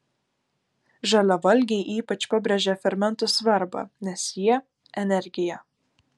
žaliavalgiai ypač pabrėžia fermentų svarbą nes jie energija